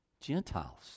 Gentiles